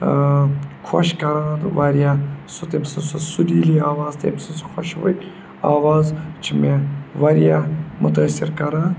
خۄش کَران تہٕ واریاہ سُہ تٔمۍ سٕنٛز سُہ سُریٖلی آواز تٔمۍ سٕنٛز سُہ خۄشوٕکۍ آواز چھِ مےٚ واریاہ مُتٲثر کَران